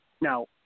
Now